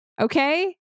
Okay